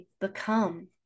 become